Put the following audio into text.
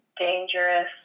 dangerous